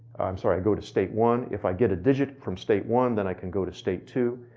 i'm sorry. i go to state one if i get a digit, from state one then i could go to state two.